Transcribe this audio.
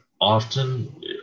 often